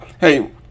Hey